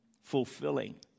fulfilling